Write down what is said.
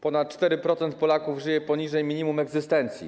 Ponad 4% Polaków żyje poniżej minimum egzystencji.